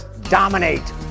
dominate